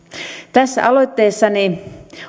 tässä aloitteessani